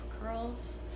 curls